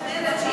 אני לא מגינה.